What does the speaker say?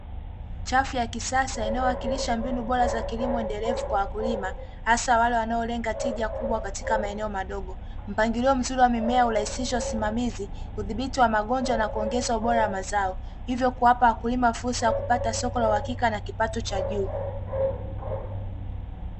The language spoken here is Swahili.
Chafu ya kisasa inayowakilisha mbinu bora za kilimo endelevu kwa wakulima, hasa wale wanaolenga tija kubwa katika maeneo madogo, mpangilio mzuri wa mimea hurahisisha usimamizi, udhibiti wa magonjwa na kuongeza ubora wa mazao, hivyo kuwapa wakulima fursa ya kupata soko la uhakika na kipato cha juu.